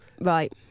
Right